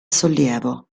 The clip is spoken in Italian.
sollievo